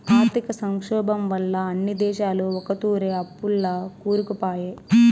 ఆర్థిక సంక్షోబం వల్ల అన్ని దేశాలు ఒకతూరే అప్పుల్ల కూరుకుపాయే